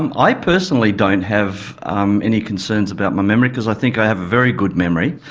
and i personally don't have um any concerns about my memory because i think i have a very good memory.